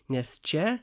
nes čia